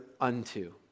unto